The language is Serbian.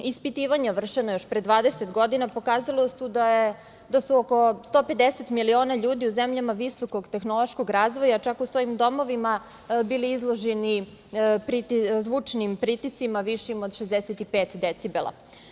Ispitivanja vršena još pre dvadeset godina pokazala su da je oko 150 miliona ljudi u zemljama visokog tehnološkog razvoja, čak u svojim domovima bili izloženi zvučnim pritiscima, višim od 65 decibela.